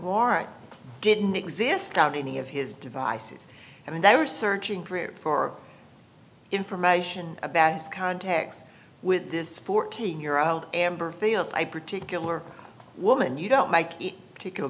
warrant didn't exist on any of his devices and they were searching for information about his contacts with this fourteen year old amber feels i particular woman you don't like